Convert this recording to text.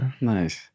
Nice